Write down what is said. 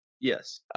Yes